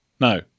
No